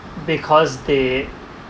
because they